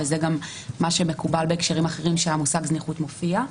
וזה גם מה שמקובל בהקשרים אחרים שהמושג זניחות מופיע.